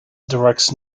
directs